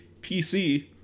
PC